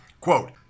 Quote